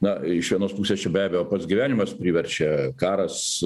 na iš vienos pusės čia be abejo pats gyvenimas priverčia karas